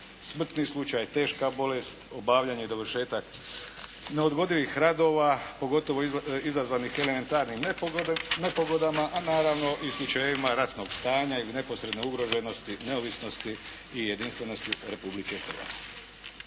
smrtni slučaj, teška bolest, obavljanje i dovršetak neodgodivih radova, pogotovo izazvanih elementarnim nepogodama. A naravno i slučajevima ranog stanja ili neposredne ugroženosti neovisnosti i jedinstvenosti Republike Hrvatske.